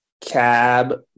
cab